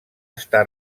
està